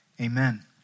Amen